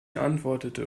antwortete